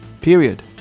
period